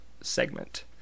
segment